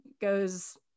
goes